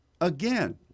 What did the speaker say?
again